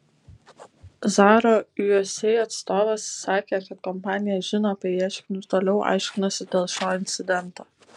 zara usa atstovas sakė kad kompanija žino apie ieškinį ir toliau aiškinasi dėl šio incidento